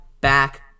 back